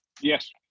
Yes